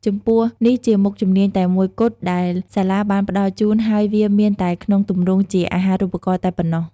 ចំពោះនេះជាមុខជំនាញតែមួយគត់ដែលសាលាបានផ្ដល់ជូនហើយវាមានតែក្នុងទម្រង់ជា អាហារូបករណ៍ តែប៉ុណ្ណោះ។